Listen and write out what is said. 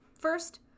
First